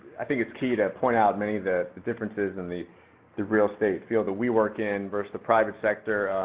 i think it's key to point out many of the differences in the the real estate field that we work in versus the private sector.